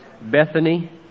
Bethany